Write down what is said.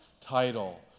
title